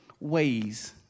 ways